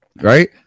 right